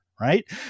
right